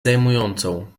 zajmującą